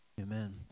Amen